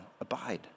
Abide